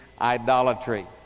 idolatry